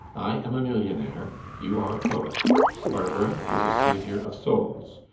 i am a millionaire you are a poet barbara is a savior of souls.